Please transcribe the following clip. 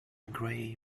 gray